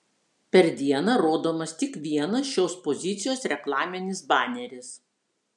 per dieną rodomas tik vienas šios pozicijos reklaminis baneris